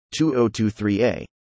2023a